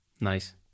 Nice